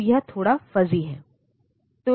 तो यह थोड़ा फजी है